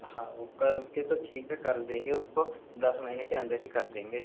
हाँ वो करके तो ठीक है कर देंगे उसको दस महीने के अन्दर ही कर देंगे